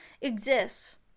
exists